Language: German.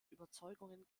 überzeugungen